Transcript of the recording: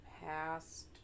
past